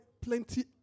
plenty